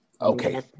okay